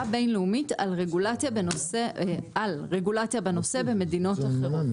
בין-לאומית על רגולציה בנושא במדינות אחרות'.